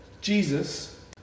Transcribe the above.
Jesus